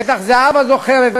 בטח זהבה זוכרת,